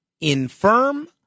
infirm